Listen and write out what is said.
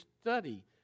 study